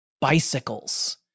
bicycles